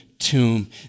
tomb